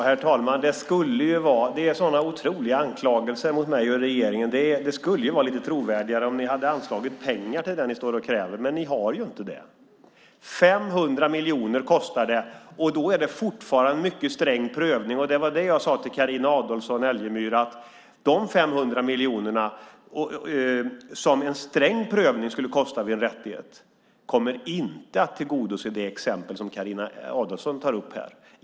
Herr talman! Det är sådana otroliga anklagelser mot mig och regeringen. Det skulle vara lite trovärdigare om ni hade anslagit pengar till det ni står och kräver, men ni har ju inte det. 500 miljoner kostar det. Då är det fortfarande en mycket sträng prövning, och det var det jag sade till Carina Adolfsson Elgestam: De 500 miljoner som en rättighet skulle kosta vid en sträng prövning kommer inte att tillgodose det exempel hon tar upp här.